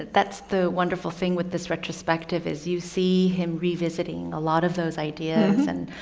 that's the wonderful thing with this retrospective is you see him revisiting a lot of those ideas and,